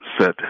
set